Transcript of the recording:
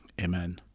Amen